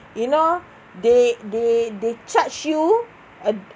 you know they they they charge you a